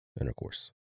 intercourse